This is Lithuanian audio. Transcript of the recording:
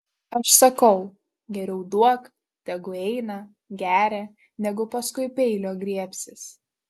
aš sakau geriau duok tegu eina geria negu paskui peilio griebsis